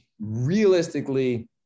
Realistically